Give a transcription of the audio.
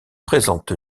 présente